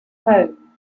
home